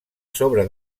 sobre